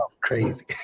crazy